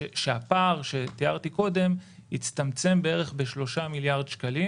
שהפער שתיארתי קודם יצטמצם בערך בשלושה מיליארד שקלים